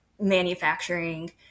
manufacturing